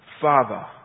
Father